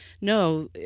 no